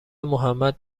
محمد